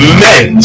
men